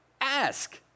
ask